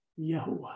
Yahuwah